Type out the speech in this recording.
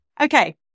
Okay